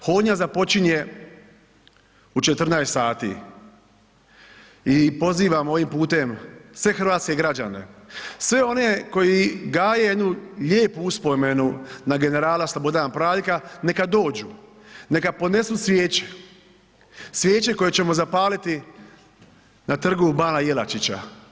Hodnja započinje u 14 sati i pozivam ovim putem sve hrvatske građane, sve one koji gaje neku lijepu uspomenu na generala Slobodana Praljka, neka dođu, neka ponesu svijeće, svijeće koje ćemo zapaliti na Trgu bana Jelačića.